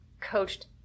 coached